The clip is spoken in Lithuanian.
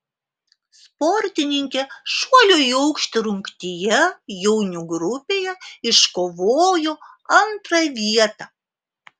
sportininkė šuolio į aukštį rungtyje jaunių grupėje iškovojo antrą vietą